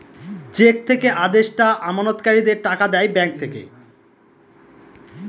check থেকে আদেষ্টা আমানতকারীদের টাকা দেয় ব্যাঙ্ক থেকে